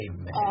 Amen